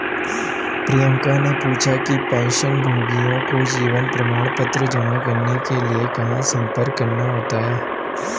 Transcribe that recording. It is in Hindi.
प्रियंका ने पूछा कि पेंशनभोगियों को जीवन प्रमाण पत्र जमा करने के लिए कहाँ संपर्क करना होता है?